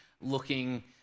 looking